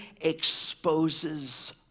exposes